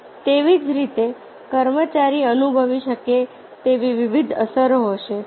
તેવી જ રીતે કર્મચારી અનુભવી શકે તેવી વિવિધ અસરો હશે